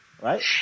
right